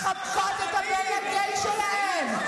מחבקות את הבן הגיי שלהם.